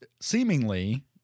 seemingly